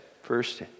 first